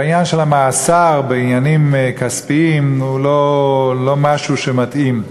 ועניין המאסר בעניינים כספיים הוא לא מתאים.